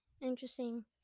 interesting